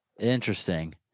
Interesting